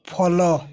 follow